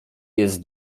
jest